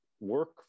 work